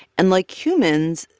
and like humans,